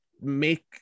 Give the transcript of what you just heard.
make